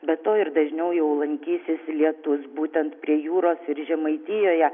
be to ir dažniau lankysis lietus būtent prie jūros ir žemaitijoje